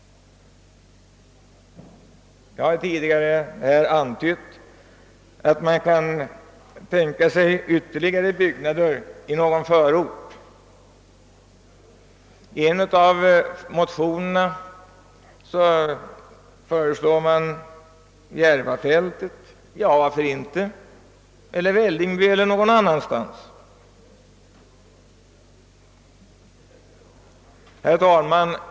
Jag har tidigare antytt att man kan tänka sig ytterligare byggnader i någon förort. I en av motionerna föreslås Järvafältet. Ja, varför inte där eller i Vällingby eller någon annanstans? Herr talman!